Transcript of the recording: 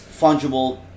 fungible